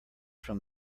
from